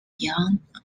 young